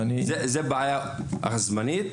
זו בעיה זמנית.